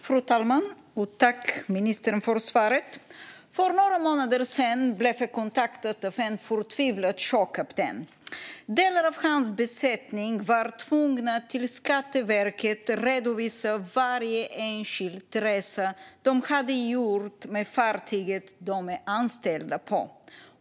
Fru talman! Tack för svaret, ministern! För några månader sedan blev jag kontaktad av en förtvivlad sjökapten. Delar av hans besättning var tvungna att till Skatteverket redovisa varje enskild resa de hade gjort med fartyget de är anställda på.